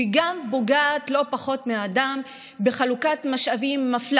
וגם פוגעת לא פחות מהאדם בחלוקת משאבים מפלה